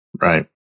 right